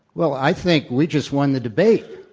well, i think we just won the debate.